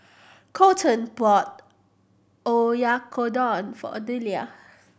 Coleton bought Oyakodon for Odelia